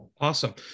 Awesome